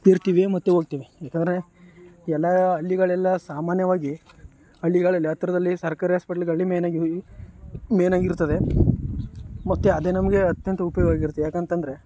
ಇರ್ತೀವಿ ಮತ್ತು ಹೋಗ್ತೀವಿ ಯಾಕೆಂದರೆ ಎಲ್ಲ ಹಳ್ಳಿಗಳೆಲ್ಲ ಸಾಮಾನ್ಯವಾಗಿ ಹಳ್ಳಿಗಳಲ್ಲಿ ಹತ್ರದಲ್ಲಿ ಸರ್ಕಾರಿ ಆಸ್ಪೆಟ್ಲ್ಗಳು ಮೇನಾಗಿ ಮೇನಾಗಿರ್ತದೆ ಮತ್ತು ಅದೇ ನಮಗೆ ಅತ್ಯಂತ ಉಪಯೋಗವಾಗಿರ್ತದೆ ಯಾಕಂತ ಅಂದ್ರೆ